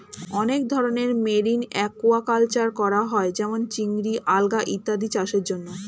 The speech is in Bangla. অনেক ধরনের মেরিন অ্যাকুয়াকালচার করা হয় যেমন চিংড়ি, আলগা ইত্যাদি চাষের জন্যে